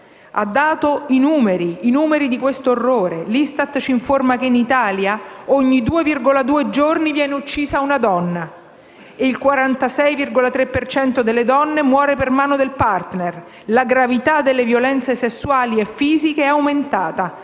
ha fornito i numeri di questo orrore, informandoci che in Italia, ogni 2,2 giorni, viene uccisa una donna e che il 46,3 per cento delle donne uccise muore per mano del *partner*. La gravità delle violenze sessuali e fisiche è aumentata